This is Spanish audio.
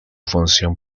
función